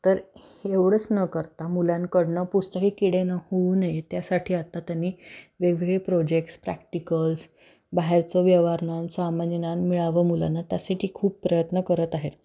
तर एवढंच न करता मुलांकडनं पुस्तकी किडे न होऊ नये त्यासाठी आत्ता त्यांनी वेगवेगळे प्रोजेक्ट्स प्रॅक्टिकल्स बाहेरचं व्यवहारज्ञान सामान्यज्ञान मिळावं मुलांना त्यासाठी खूप प्रयत्न करत आहेत